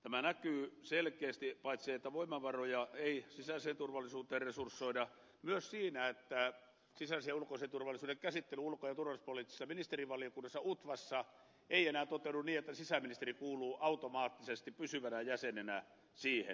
tämä näkyy selkeästi paitsi siinä että voimavaroja ei sisäiseen turvallisuuteen resursoida myös siinä että sisäisen ja ulkoisen turvallisuuden käsittely ulko ja turvallisuuspoliittisessa ministerivaliokunnassa utvassa ei enää toteudu niin että sisäministeri kuuluu automaattisesti pysyvänä jäsenenä siihen